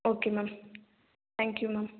okay ma'am thank you ma'am